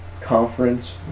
conference